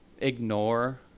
ignore